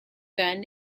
then